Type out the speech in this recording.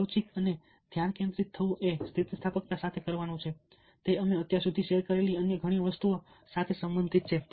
લવચીક અને ધ્યાન કેન્દ્રિત થવું એ સ્થિતિસ્થાપકતા સાથે કરવાનું છે તે અમે અત્યાર સુધી શેર કરેલી અન્ય ઘણી વસ્તુઓ સાથે સંબંધિત છે